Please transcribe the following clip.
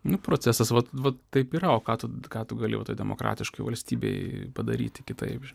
nu procesas vat vat taip yra o ką tu ką tu gali va toj demokratiškoj valstybėj padaryti kitaip